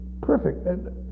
perfect